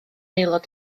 aelod